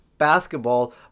basketball